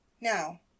Now